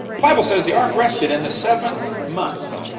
the bible says the ark rested in the seventh month,